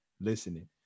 listening